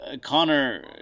Connor